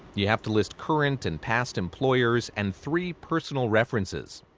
you have to list current and past employers, and three personal references.